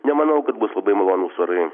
nemanau kad bus labai malonūs orai